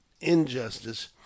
injustice